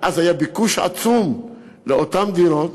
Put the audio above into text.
ואז היה ביקוש עצום לאותן דירות,